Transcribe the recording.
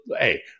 hey